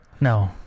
no